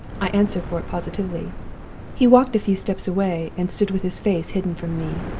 i answer for it positively he walked a few steps away, and stood with his face hidden from me,